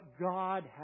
God